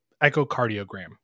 echocardiogram